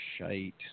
shite